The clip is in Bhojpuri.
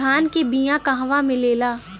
धान के बिया कहवा मिलेला?